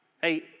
Hey